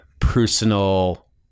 personal